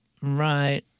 Right